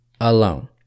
alone